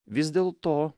vis dėl to